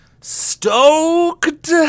stoked